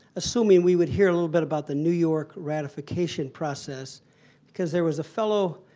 assuming we would hear a little bit about the new york ratification process because there was a fellow,